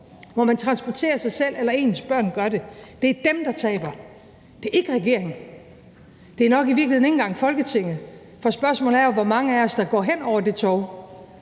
hvor man transporterer sig selv eller ens børn gør det – det er dem, der taber. Det er ikke regeringen. Det er nok i virkeligheden ikke engang Folketinget, for spørgsmålet er jo, hvor mange af os der går hen over det torv